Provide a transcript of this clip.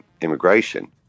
immigration